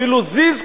אפילו זיז כלשהו.